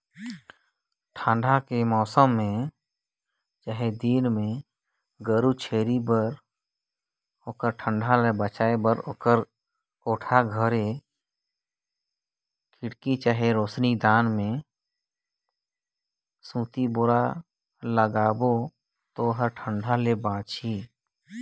ठंडा में पसु मन ल जाड़ ले बचाये बर कोठा के खिड़की में सूती बोरा लगाना चाही